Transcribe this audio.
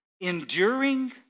enduring